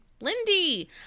Lindy